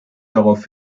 darauf